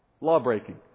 Law-breaking